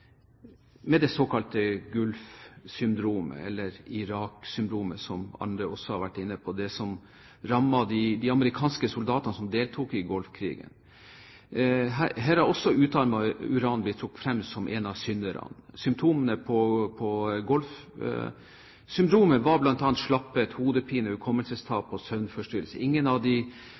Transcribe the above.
med det såkalte Golf-syndromet, eller Irak-syndromet, som også andre har vært inne på, som rammet de amerikanske soldatene som deltok i Golfkrigen? Her er også utarmet uran blitt trukket frem som en av synderne. Symptomene på Golf-syndromet var bl.a. slapphet, hodepine, hukommelsestap og søvnforstyrrelser. Ingen av